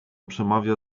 przemawia